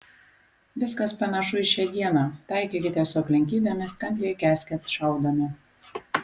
viskas panašu į šią dieną taikykitės su aplinkybėmis kantriai kęskit šaudomi